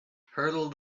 hurdle